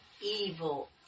evil